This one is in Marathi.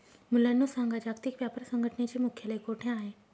मुलांनो सांगा, जागतिक व्यापार संघटनेचे मुख्यालय कोठे आहे